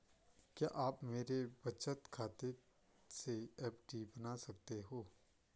क्या आप मेरे बचत खाते से एफ.डी बना सकते हो?